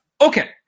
Okay